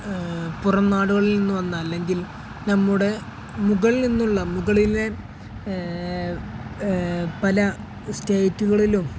പുറംനാടുകളിൽ നിന്നുവന്ന അല്ലെങ്കിൽ നമ്മുടെ മുകളിൽ നിന്നുള്ള മുകളിലെ പല സ്റ്റേറ്റുകളിലും